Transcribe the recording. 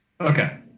Okay